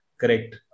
Correct